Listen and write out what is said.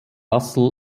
russell